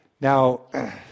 Now